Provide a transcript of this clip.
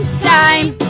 time